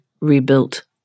rebuilt